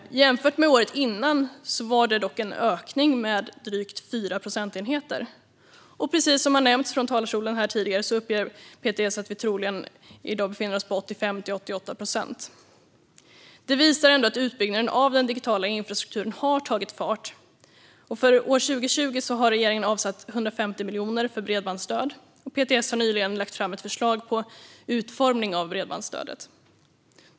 Jämfört med året innan var det dock en ökning med drygt 4 procentenheter. Precis som nämnts från talarstolen tidigare uppger PTS att vi i dag troligen befinner oss på 85-88 procent. Detta visar ändå att utbyggnaden av den digitala infrastrukturen har tagit fart. För år 2020 har regeringen avsatt 150 miljoner för bredbandsstöd, och PTS har nyligen lagt fram ett förslag på utformning av bredbandsstödet.